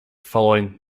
following